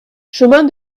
chemin